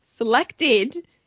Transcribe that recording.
Selected